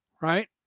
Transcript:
Right